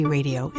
Radio